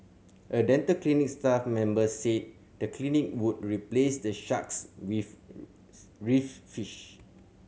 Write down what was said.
a dental clinic staff member said the clinic would replace the sharks with reef fish